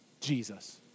Jesus